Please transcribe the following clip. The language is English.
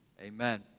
Amen